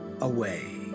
away